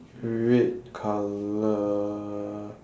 red colour